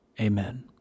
Amen